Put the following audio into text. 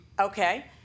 Okay